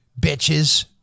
bitches